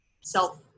self